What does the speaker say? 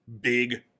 big